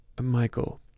Michael